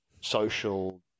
social